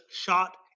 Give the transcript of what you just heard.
shot